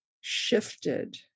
shifted